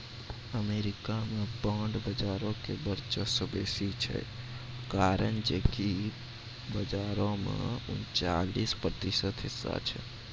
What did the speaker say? America मे bond बजारो के वर्चस्व बेसी छै, कारण जे कि बजारो मे उनचालिस प्रतिशत हिस्सा छै